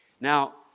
Now